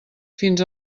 fins